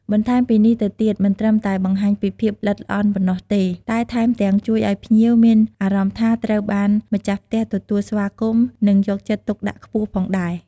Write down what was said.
បន្ថែមពីនេះទៅទៀត មិនត្រឹមតែបង្ហាញពីភាពល្អិតល្អន់ប៉ុណ្ណោះទេ តែថែមទាំងជួយឲ្យភ្ញៀវមានអារម្មណ៍ថាត្រូវបានម្ខាស់ផ្ទះទទួលស្វាគមន៍ និងយកចិត្តទុកដាក់ខ្ពស់ផងដែរ។